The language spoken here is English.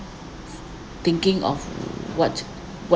thinking of what what